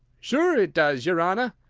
sure, it does, yer honour?